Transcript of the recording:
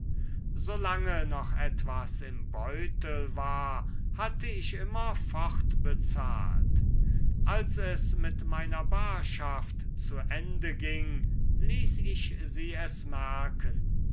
noch etwas im beutel war hatte ich immer fortbezahlt als es mit meiner barschaft zu ende ging ließ ich sie es merken